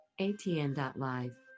ATN.Live